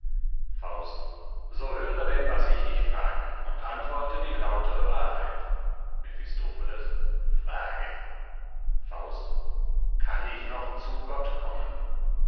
faust so höre denn was ich dich frage und antworte die lautre wahrheit mephistopheles frage faust kann ich noch zu gott kommen